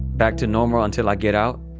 back to normal until i get out,